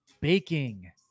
baking